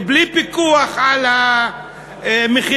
בלי פיקוח על המחירים.